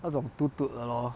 那种 toot toot 的 lor